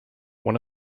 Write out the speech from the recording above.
one